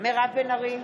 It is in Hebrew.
מירב בן ארי,